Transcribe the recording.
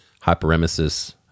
hyperemesis